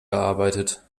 gearbeitet